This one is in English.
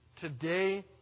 Today